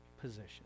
position